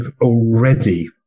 already